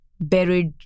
buried